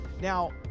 Now